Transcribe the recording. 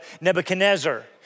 Nebuchadnezzar